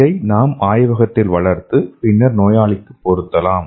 இதை நாம் ஆய்வகத்தில் வளர்த்து பின்னர் நோயாளிக்குப் பொருத்தலாம்